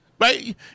Right